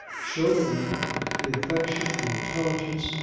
showed alike the affection, the intelligence,